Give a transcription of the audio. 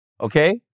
Okay